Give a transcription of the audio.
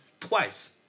Twice